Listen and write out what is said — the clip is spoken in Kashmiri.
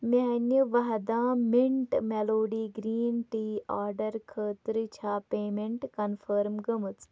میٛانہِ وَہدام مِنٛٹ مٮ۪لوڈی گرٛیٖن ٹی آرڈر خٲطرٕ چھا پیمٮ۪نٛٹ کنفٲرٕم گٔمٕژ